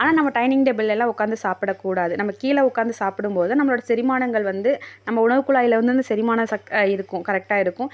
ஆனால் நம்ம டைனிங் டேபிள்லலாம் உட்காந்து சாப்பிடக் கூடாது நம்ப கீழே உட்காந்து சாப்பிடும்போது நம்மளோட செரிமானங்கள் வந்து நம்ம உணவுக்குழாயில் வந்து அந்த செரிமானம் சக் இருக்கும் கரெக்டாக இருக்கும்